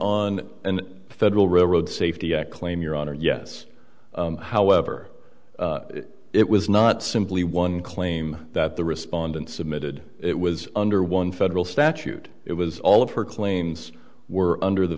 on an federal railroad safety act claim your honor yes however it was not simply one claim that the respondent submitted it was under one federal statute it was all of her claims were under the